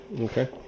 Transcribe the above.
okay